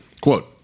Quote